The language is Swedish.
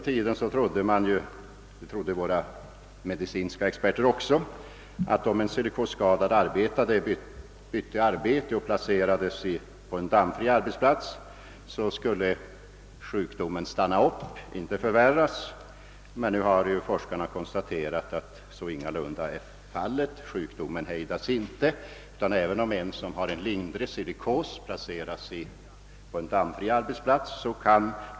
Tidigare trodde våra medicinska experter att om en silikosskadad arbetare bytte sysselsättning och placerades på en dammfri arbetsplats, så skulle sjukdomen stanna upp i sitt förlopp och inte förvärras. Nu har forskarna emellertid konstaterat att så ingalunda är fallet — sjukdomen hejdas inte om en person som har lindrig silikos placeras på en dammfri arbetsplats.